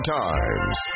times